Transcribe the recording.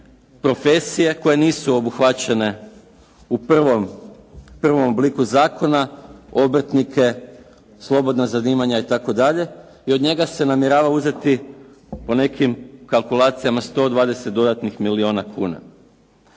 profesije koje nisu obuhvaćene u prvom obliku zakona, obrtnike, slobodna zanimanja itd. i od njega se namjerava uzeti po nekim kalkulacijama 120 dodatnih milijuna kuna.